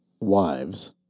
wives